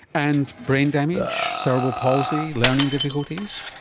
and brain damage, cerebral palsy, learning difficulties?